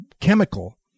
chemical